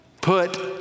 Put